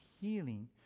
healing